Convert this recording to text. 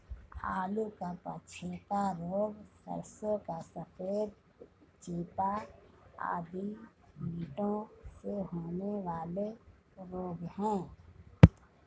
आलू का पछेता रोग, सरसों का सफेद चेपा आदि कीटों से होने वाले रोग हैं